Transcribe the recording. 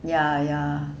ya ya